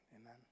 amen